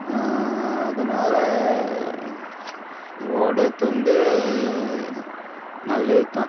அதனால் ஓடுறத்து வந்து நல்லதுதான்